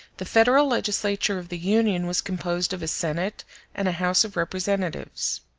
the federal legislature of the union was composed of a senate and a house of representatives.